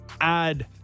add